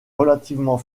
relativement